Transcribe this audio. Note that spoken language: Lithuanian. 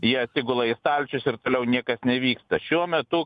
jie atsigula į stalčius ir toliau niekas nevyksta šiuo metu